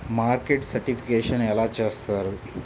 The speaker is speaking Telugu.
మార్కెట్ సర్టిఫికేషన్ ఎలా చేస్తారు?